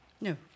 No